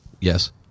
Yes